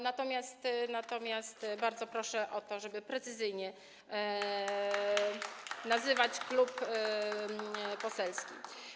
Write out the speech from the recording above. Natomiast bardzo proszę o to, żeby precyzyjnie nazywać klub poselski.